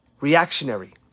reactionary